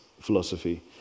philosophy